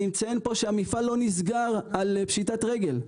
אני מציין פה שהמפעל לא נסגר על פשיטת רגל,